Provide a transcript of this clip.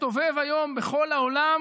מסתובב היום בכל העולם